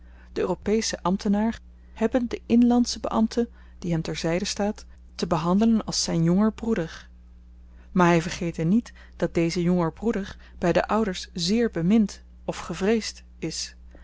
de europesche ambtenaar hebbe den inlandschen beambte die hem ter zyde staat te behandelen als zyn jonger broeder maar hy vergete niet dat deze jonger broeder by de ouders zeer bemind of gevreesd is en